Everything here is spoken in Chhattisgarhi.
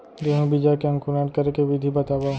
गेहूँ बीजा के अंकुरण करे के विधि बतावव?